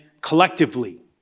collectively